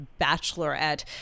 bachelorette